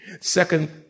Second